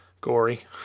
gory